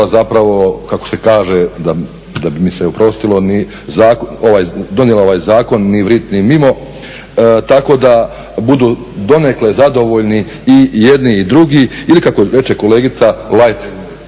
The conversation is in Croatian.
zapravo kako se kaže, da bi mi se oprostilo, donijela ovaj Zakon ni "vrit ni mimo", tako da budu donekle zadovoljni i jedni i drugi ili kako reče kolegice light